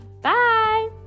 Bye